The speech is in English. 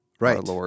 Right